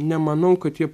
nemanau kad jie